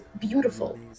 beautiful